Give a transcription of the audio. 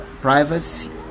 privacy